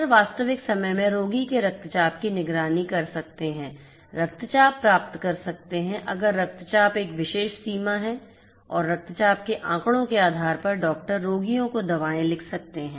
doctor वास्तविक समय में रोगी के रक्तचाप की निगरानी कर सकते हैं रक्तचाप प्राप्त कर सकते हैं अगर रक्तचाप एक विशेष सीमा है और रक्तचाप के आंकड़ों के आधार पर डॉक्टर रोगियों को दवाएं लिख सकते हैं